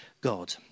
God